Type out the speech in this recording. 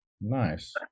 Nice